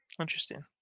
Interesting